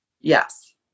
Yes